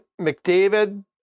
McDavid